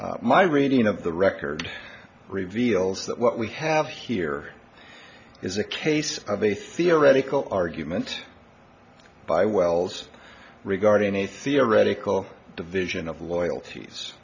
my reading of the record reveals that what we have here is a case of a theoretical argument by wells regarding a theoretical division of loyalties